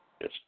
Yes